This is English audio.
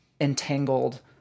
entangled